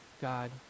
God